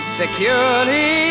securely